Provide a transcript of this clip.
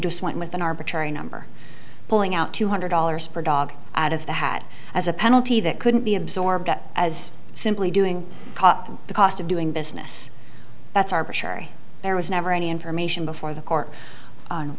just went with an arbitrary number pulling out two hundred dollars per dog out of the had as a penalty that couldn't be absorbed as simply doing caught up in the cost of doing business that's arbitrary there was never any information before the court on